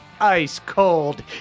ice-cold